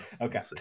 okay